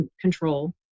control